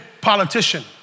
politician